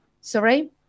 Sorry